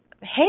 hey